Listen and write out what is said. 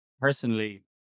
personally